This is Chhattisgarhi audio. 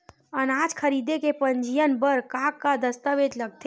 अनाज खरीदे के पंजीयन बर का का दस्तावेज लगथे?